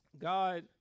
God